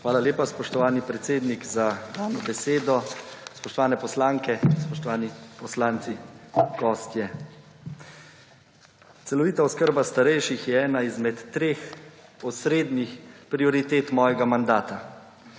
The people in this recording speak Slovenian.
Hvala lepa. Spoštovani predsednik za besedo. Spoštovane poslanke, spoštovani poslanci, gostje! Celovita oskrba starejših je ena izmed treh osrednih prioritet mojega mandata.